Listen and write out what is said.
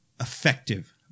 effective